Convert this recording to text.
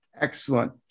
Excellent